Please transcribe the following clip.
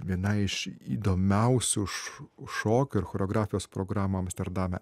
vienai iš įdomiausių šo šokio ir choreografijos programų amsterdame